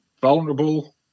vulnerable